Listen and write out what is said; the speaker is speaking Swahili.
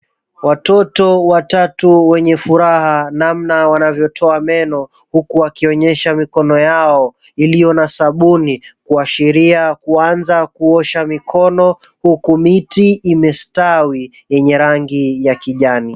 Watoto watatu wenye furaha namna wanavyotoa meno huku wakionyesha mikono yao iliyo na sabuni kuashiria kuanza kuosha mikono. Huku miti imestawi yenye rangi ya kijani.